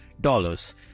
dollars